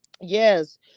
Yes